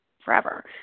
forever